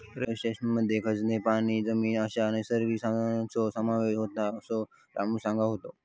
real इस्टेटमध्ये खनिजे, पाणी, जमीन अश्या नैसर्गिक संसाधनांचो समावेश होता, असा रामू सांगा होतो